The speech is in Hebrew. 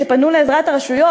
שפנו לעזרת הרשויות,